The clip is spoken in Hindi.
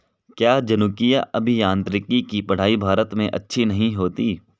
क्या जनुकीय अभियांत्रिकी की पढ़ाई भारत में अच्छी नहीं होती?